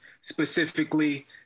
specifically